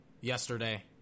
yesterday